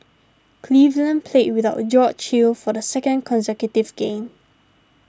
Cleveland played without a George Hill for the second consecutive game